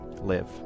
live